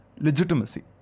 legitimacy